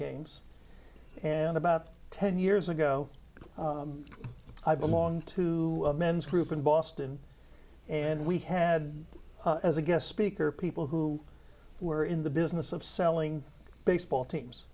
games and about ten years ago i belong to a men's group in boston and we had as a guest speaker people who were in the business of selling baseball teams